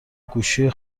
گوشی